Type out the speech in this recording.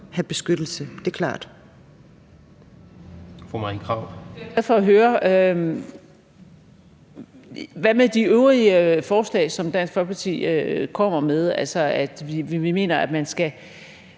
(DF): Det er jeg glad for at høre. Hvad med de øvrige forslag, som Dansk Folkeparti kommer med, altså at vi mener, at man skal